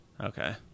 okay